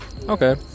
Okay